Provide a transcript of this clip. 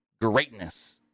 greatness